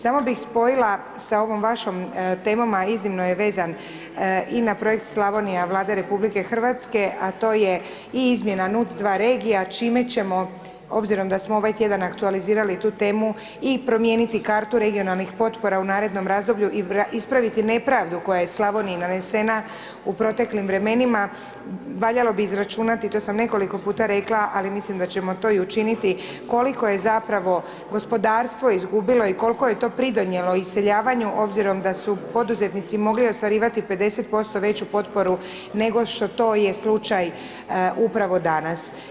Samo bih spojila sa ovim vašim temama a iznimno je vezena i na projekt Slavonija Vlada RH, a to je i izmjena NUC2 regija, čime ćemo obzirom da smo ovaj tjedan aktualizirali tu temu i promijeniti kartu regionalnog potpora u narednom razdoblju i ispraviti nepravdu koja je Slavoniji nanesena u proteklim vremenima, valjalo bi izračunati, to sam nekoliko puta rekla, ali mislim da ćemo i učiniti koliko je zapravo gospodarstvo izgubilo i koliko je to pridonijelo iseljavanju obzirom da su poduzetnici mogli ostvarivati 50% veću potporu nego što to je slučaj upravo danas.